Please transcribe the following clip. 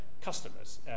customers